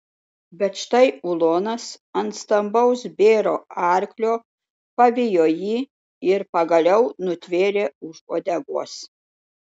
bet štai ulonas ant stambaus bėro arklio pavijo jį ir pagaliau nutvėrė už uodegos